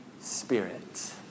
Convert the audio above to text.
Spirit